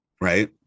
Right